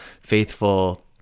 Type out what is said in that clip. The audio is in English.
faithful